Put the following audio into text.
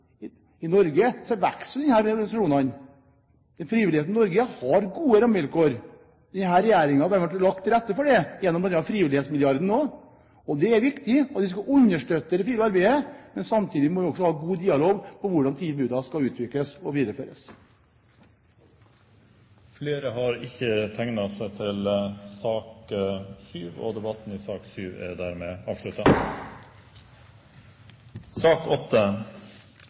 I Norge øker antallet slike organisasjoner. Frivilligheten i Norge har gode rammevilkår. Denne regjeringen har lagt til rette for det gjennom bl.a. frivillighetsmilliarden. Det er viktig at vi skal understøtte det frivillige arbeidet, men samtidig må vi ha god dialog om hvordan tilbudet skal utvikles og videreføres. Flere har ikke bedt om ordet til sak nr. 7. Etter ønske fra helse- og